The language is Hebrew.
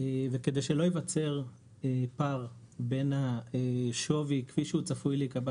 וכדי שלא ייווצר פער בין השווי כפי שהוא צפוי להיקבע